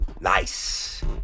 Nice